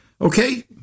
Okay